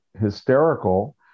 hysterical